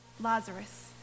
Lazarus